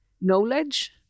knowledge